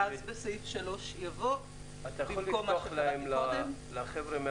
ואז בסעיף 3 יבוא "במקום --- אתה יכול לפתוח את הזום לחברים?